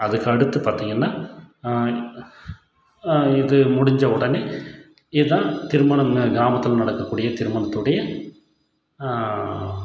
அதுக்கு அடுத்து பார்த்திங்கன்னா இது முடிஞ்ச உடனே இதுதான் திருமணம் எங்கள் கிராமத்தில் நடக்கக்கூடிய திருமணத்துடைய